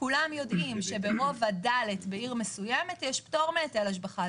כולם יודעים שברובע ד' בעיר מסוימת יש פטור מהיטל השבחה,